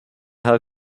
herr